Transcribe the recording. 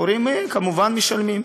ההורים כמובן משלמים.